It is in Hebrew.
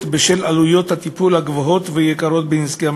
בשל עלויות הטיפול הגבוהות והיקרות בנזקי המחלה.